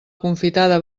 confitada